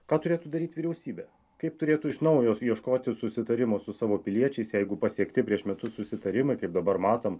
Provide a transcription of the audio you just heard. ką turėtų daryt vyriausybė kaip turėtų iš naujo ieškoti susitarimo su savo piliečiais jeigu pasiekti prieš metus susitarimai kaip dabar matom